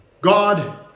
God